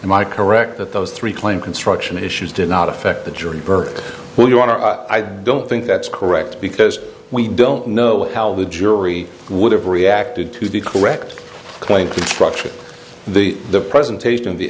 am i correct that those three claim construction issues did not affect the jury burke who you are i don't think that's correct because we don't know how the jury would have reacted to the correct claim construction the presentation